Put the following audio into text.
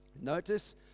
Notice